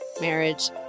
marriage